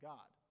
God